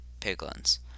piglins